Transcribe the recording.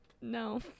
No